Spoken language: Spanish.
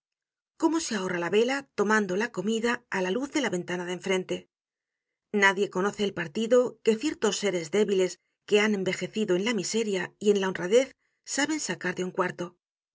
cómo se ahorra la vela tomando la comida á la luz de la ventana de enfrente nadie conoce el partido que ciertos séres débiles que han envejecido en la miseria y en la honradez saben sacar de un cuarto